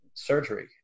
surgery